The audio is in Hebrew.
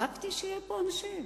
דאגתי שיהיו פה אנשים.